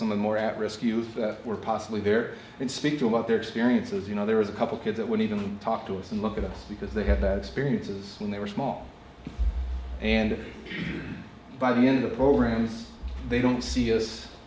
someone more at risk youth or possibly there and speak about their experiences you know there was a couple kids that would even talk to us and look at us because they had that experience of when they were small and by the end of the program they don't see us